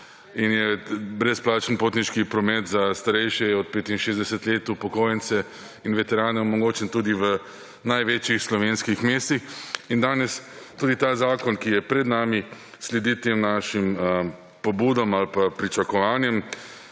in je brezplačen potniški promet za starejše od 65 let, upokojence in veterane omogočen tudi v največjih slovenskih mestih in tudi ta zakon, ki je pred nami, sledi tem našim pobudam ali pa pričakovanjem.